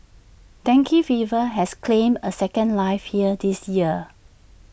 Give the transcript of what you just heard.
dengue fever has claimed A second life here this year